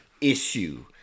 issue